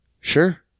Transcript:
Sure